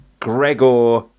Gregor